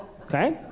Okay